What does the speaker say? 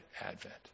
Advent